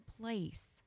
place